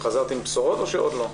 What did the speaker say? חזרת עם בשורות או שעוד לא?